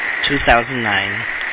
2009